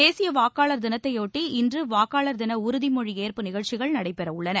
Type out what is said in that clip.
தேசிய வாக்காளர் தினத்தையொட்டி இன்று வாக்காளர் தின உறுதிமொழி ஏற்பு நிகழ்ச்சிகள் நடைபெறவுள்ளன